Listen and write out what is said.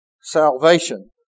salvation